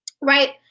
right